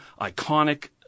iconic